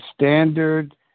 standard